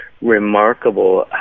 remarkable